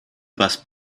passe